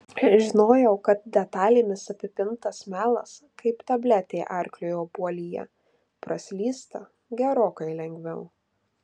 žinojau kad detalėmis apipintas melas kaip tabletė arkliui obuolyje praslysta gerokai lengviau